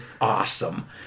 awesome